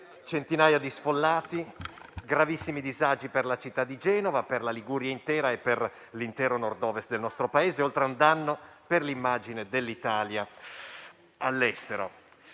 centinaia di sfollati e gravissimi disagi per la città di Genova, la Liguria intera e l'intero Nord-Ovest del nostro Paese, oltre a un danno per l'immagine dell'Italia all'estero.